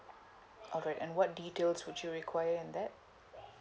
okay and what details would you require on that